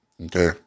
Okay